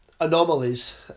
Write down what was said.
Anomalies